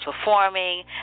performing